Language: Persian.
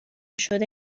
شده